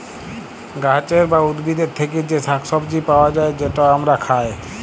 গাহাচের বা উদ্ভিদের থ্যাকে যে শাক সবজি পাউয়া যায়, যেট আমরা খায়